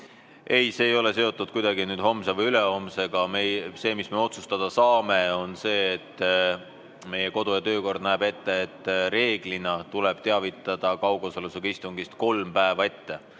Ei, see ei ole kuidagi seotud homse või ülehomsega. See, mis me otsustada saame, on see, et meie kodu‑ ja töökord näeb ette, et reeglina tuleb teavitada kaugosalusega istungist kolm päeva ette.